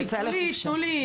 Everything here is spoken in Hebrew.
תנו לי.